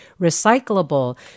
recyclable